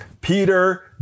Peter